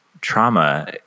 trauma